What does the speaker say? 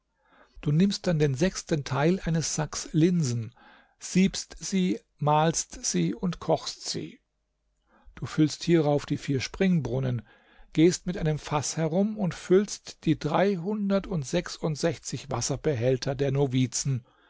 du nimmst dann den sechsten teil eines sacks linsen siebst sie mahlst sie und kochst sie du füllst hierauf die vier springbrunnen gehst mit einem faß herum und füllst die dreihundertundsechsundsechzig wasserbehälter der novizen